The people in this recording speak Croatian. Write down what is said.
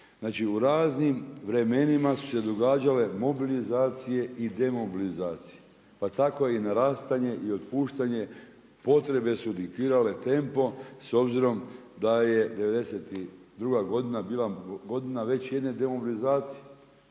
u raznim vremenima su se događale mobilizacije i demobilizacije. Pa tako i na rastanje i otpuštanje potrebe su diktirale temo, s obzirom da je '92. godina bila godina već jedne demobilizacije.